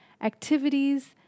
Activities